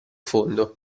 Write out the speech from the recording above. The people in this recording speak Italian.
fondo